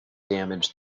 damage